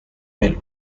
melo